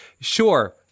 sure